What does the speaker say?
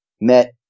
met